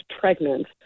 pregnant